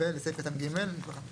ולסעיף קטן (ג).